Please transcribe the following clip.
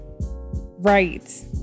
Right